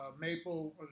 Maple